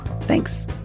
Thanks